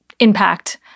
impact